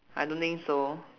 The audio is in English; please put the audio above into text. I don't think so